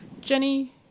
Jenny